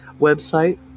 website